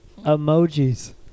Emojis